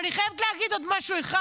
אני חייבת להגיד עוד משהו אחד.